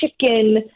chicken